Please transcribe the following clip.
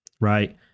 right